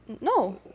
No